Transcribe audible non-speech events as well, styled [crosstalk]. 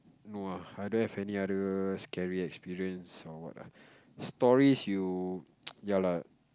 no ah I don't have any other scary experience or what ah stories you [noise] ya lah